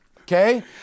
Okay